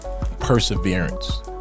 perseverance